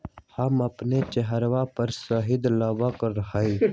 हम अपन चेहरवा पर शहद लगावा ही